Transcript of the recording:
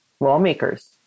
Lawmakers